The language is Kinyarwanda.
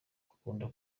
akunda